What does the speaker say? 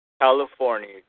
California